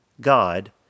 God